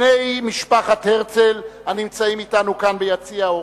בני משפחת הרצל הנמצאים אתנו כאן ביציע האורחים,